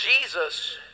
Jesus